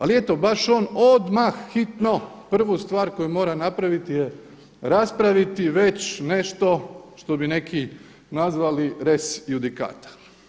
Ali eto, baš on odmah hitno prvu stvar koju mora napraviti je raspraviti već nešto što bi neki nazvali res judicata.